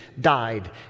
died